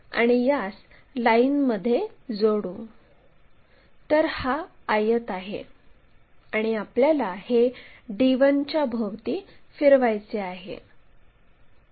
या आडव्या लाईनवर r काढल्यावर आपण q आणि r जोडू शकतो आणि p r देखील जोडू शकतो